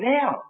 now